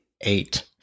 Eight